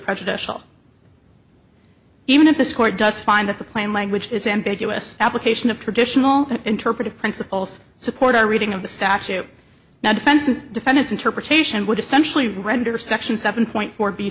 prejudicial even if this court does find that the plain language is ambiguous application of traditional interpretive principles support our reading of the statute now defense and defendants interpretation would essentially render section seven point four be